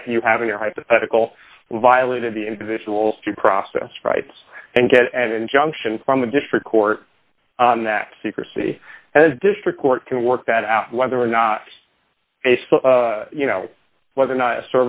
that you have in your hypothetical violated the individual to process rights and get an injunction from the district court that secrecy has district court can work that out whether or not you know whether or not